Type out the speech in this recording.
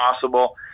possible